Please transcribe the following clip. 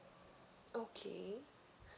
okay